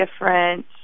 different